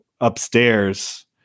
upstairs